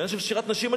העניין של שירת נשים,